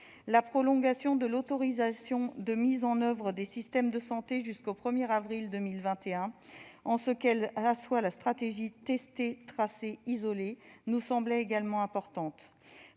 La prolongation de l'autorisation de mise en oeuvre des systèmes d'information de santé jusqu'au 1 avril 2021, en ce qu'elle assoit la stratégie « tester, tracer, isoler », nous semblait également importante,